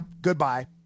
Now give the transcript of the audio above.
goodbye